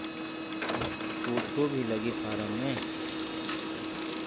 Photo भी लगी form मे?